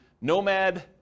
Nomad